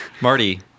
Marty